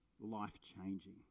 life-changing